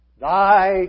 Thy